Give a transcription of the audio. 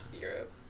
Europe